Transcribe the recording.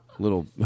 Little